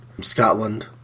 Scotland